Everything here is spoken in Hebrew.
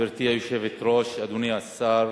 גברתי היושבת-ראש, אדוני השר,